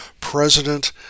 president